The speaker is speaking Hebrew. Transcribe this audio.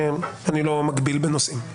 אני לא מגביל בנושאים.